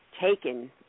taken